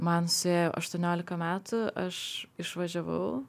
man suėjo aštuoniolika metų aš išvažiavau